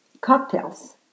cocktails